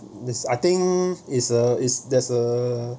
this I think is a is there's a